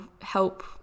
help